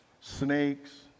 snakes